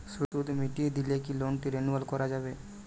সুদ মিটিয়ে দিলে কি লোনটি রেনুয়াল করাযাবে?